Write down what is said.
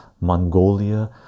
Mongolia